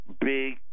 big